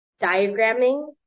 diagramming